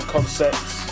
Concepts